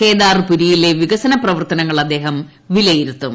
കേദാർപുരിയിലെ വികസ്ന് പ്രപർത്തനങ്ങൾ അദ്ദേഹം വിലയിരുത്തും